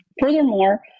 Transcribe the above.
furthermore